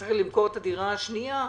צריך למכור את הדירה השנייה,